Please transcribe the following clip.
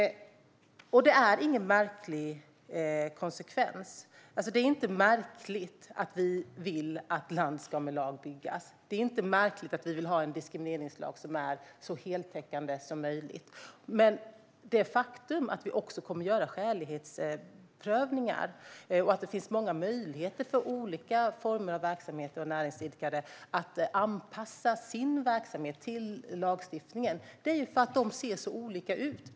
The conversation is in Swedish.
Det är ingen märklig konsekvens. Det är inte märkligt att vi vill att land ska med lag byggas. Det är inte märkligt att vi vill ha en diskrimineringslag som är så heltäckande som möjligt. Att det kommer att göras skälighetsprövningar och finnas många möjligheter för olika former av verksamheter och näringsidkare att anpassa sin verksamhet till lagstiftningen är för att dessa ser olika ut.